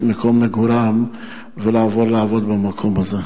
מקום מגוריהם ולעבור לעבוד במקום הזה.